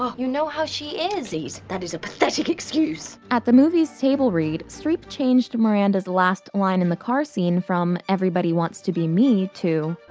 um you know how she is. please, that is a pathetic excuse. at the movie's table read, streep changed miranda's last line in the car scene from everybody wants to be me to,